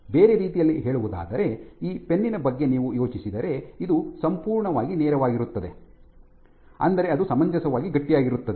ಬೇರೆ ರೀತಿಯಲ್ಲಿ ಹೇಳುವುದಾದರೆ ಈ ಪೆನ್ ನ ಬಗ್ಗೆ ನೀವು ಯೋಚಿಸಿದರೆ ಇದು ಸಂಪೂರ್ಣವಾಗಿ ನೇರವಾಗಿರುತ್ತದೆ ಅಂದರೆ ಅದು ಸಮಂಜಸವಾಗಿ ಗಟ್ಟಿಯಾಗಿರುತ್ತದೆ